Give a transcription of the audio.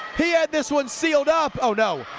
he had this one sealed up. oh no!